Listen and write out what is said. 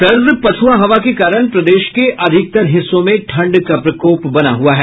सर्द पछ्आ हवा के कारण प्रदेश के अधिकतर हिस्सों में ठंड का प्रकोप बना हुआ है